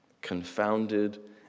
confounded